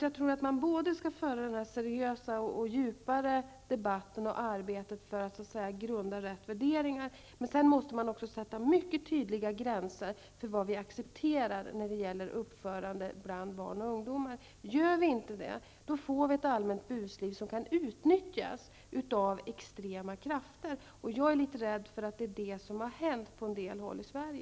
Jag tror alltså att man skall föra den seriösa och djupare debatten och genomföra ett arbete för att så att säga grunda rätt värderingar, men vi måste också sätta mycket tydliga gränser för vad vi accepterar i fråga om uppförande bland barn och ungdomar. Gör vi inte det, får vi ett allmänt busliv som kan utnyttjas av extrema krafter. Jag är litet rädd för att det är vad som har hänt på en del håll i